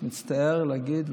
אני מצטער להגיד,